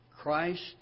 Christ